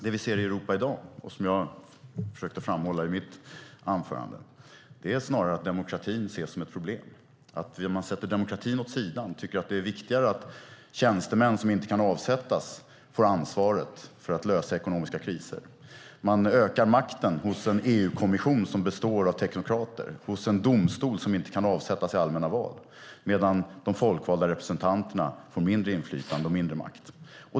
Det vi ser i Europa i dag och som jag försökte framhålla i mitt anförande är snarare att demokratin ses som ett problem. Man sätter demokratin åt sidan och tycker att det är viktigare att tjänstemän som inte kan avsättas får ansvaret för att lösa ekonomiska kriser. Man ökar makten hos en EU-kommission som består av teknokrater och hos en domstol som inte kan avsättas i allmänna val, medan de folkvalda representanterna får mindre inflytande och mindre makt.